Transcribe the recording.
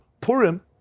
Purim